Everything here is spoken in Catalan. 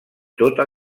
tota